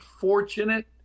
fortunate